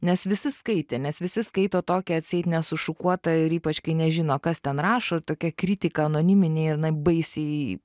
nes visi skaitė nes visi skaito tokią atseit nesušukuotą ir ypač kai nežino kas ten rašo tokia kritika anoniminė ir jinai baisiai